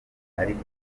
ariko